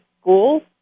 schools